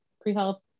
pre-health